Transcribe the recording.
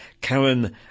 Karen